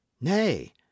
nay